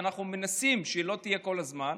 ואנחנו מנסים שהיא לא תהיה בו כל הזמן,